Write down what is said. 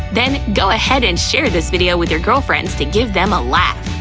then go ahead and share this video with your girlfriends to give them a laugh!